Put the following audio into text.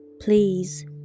please